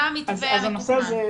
מה המתווה המתוכנן?